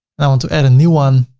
and i want to add a new one.